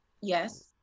yes